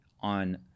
on